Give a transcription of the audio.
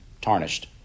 tarnished